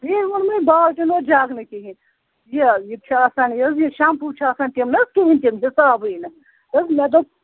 تی حظ ووٚنمَے بالٹیٖن اوس جَگ نہٕ کِہیٖنۍ یہِ یہِ تہِ چھِ آسان یہِ حظ یہِ شَمپوٗ چھُ آسان تِم نہٕ حظ کِہیٖنۍ تِم حِسابٕے نہٕ تہٕ حظ مےٚ دوٚپ